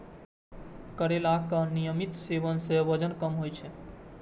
करैलाक नियमित सेवन सं वजन कम होइ छै